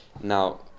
Now